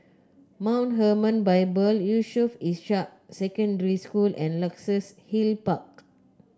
Mount Hermon Bible Yusof Ishak Secondary School and Luxus Hill Park